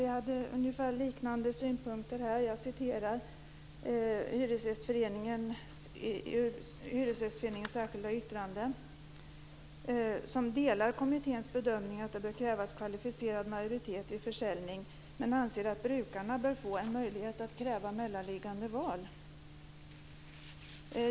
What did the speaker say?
Vi hade liknande synpunkter, och jag ska återge Hyresgästföreningens särskilda yttrande: Hyresgästföreningen delar kommitténs bedömning att det bör krävas kvalificerad majoritet vid försäljning men anser att brukarna bör få en möjlighet att kräva mellanliggande val.